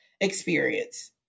experience